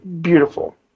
beautiful